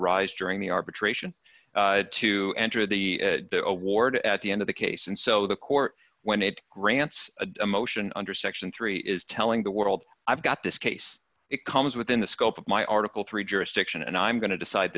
arise during the arbitration to enter the award at the end of the case and so the court when it grants a a motion under section three is telling the world i've got this case it comes within the scope of my article three jurisdiction and i'm going to decide